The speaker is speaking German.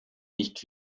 nicht